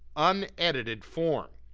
unedited form.